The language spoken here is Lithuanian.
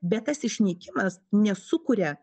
bet tas išnykimas nesukuria